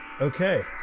Okay